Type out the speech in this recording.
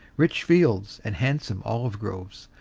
rich fields and handsome olive-groves,